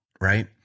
right